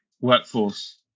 workforce